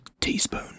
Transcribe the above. teaspoon